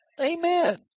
Amen